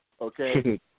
Okay